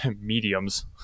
mediums